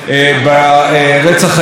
לא מעניין בכלל מי רצח?